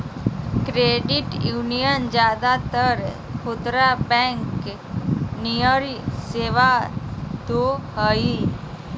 credit union ज्यादातर खुदरा bank नियर सेवा दो हइ